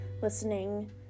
listening